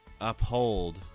uphold